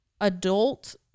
adult